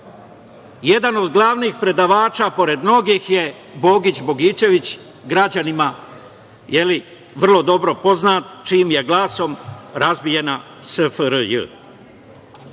jedan od glavnih predavača pored mnogih je Bogić Bogičević, građanima vrlo dobro poznat, čijim je glasom razbijena SFRJ